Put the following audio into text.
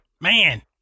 Man